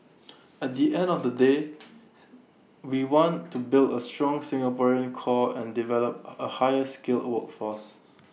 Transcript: at the end of the day we want to build A strong Singaporean core and develop A higher skilled workforce